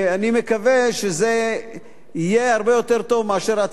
אני מקווה שזה יהיה הרבה יותר טוב מאשר הצעת